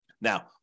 Now